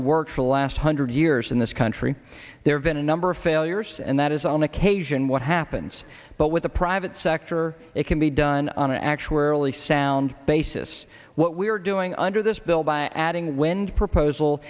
largely worked for the last hundred years in this country there have been a number of failures and that is on occasion what happens but with the private sector it can be done on a actuarially sound basis what we are doing under this bill by adding wind proposal